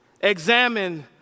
examine